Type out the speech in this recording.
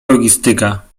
logistyka